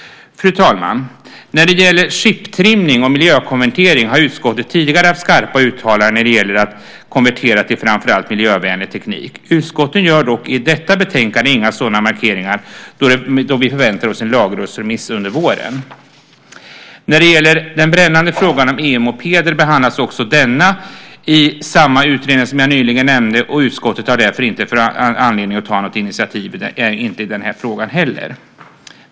Fru talman! I fråga om chiptrimning och miljökonvertering har utskottet tidigare haft skarpa uttalanden när det gällt att konvertera till framför allt miljövänlig teknik. Utskottet gör dock i detta betänkande inga sådana markeringar då vi förväntar oss en lagrådsremiss under våren. När det gäller den brännande frågan om EU-mopeder behandlas också denna i den utredning jag nyligen nämnde. Utskottet har därför inte anledning att ta något initiativ i den frågan heller.